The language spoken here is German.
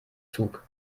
zug